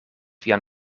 vian